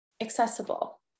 accessible